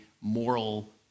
moral